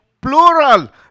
plural